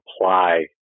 apply